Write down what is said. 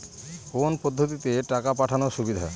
কোন পদ্ধতিতে টাকা পাঠানো সুবিধা?